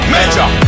Major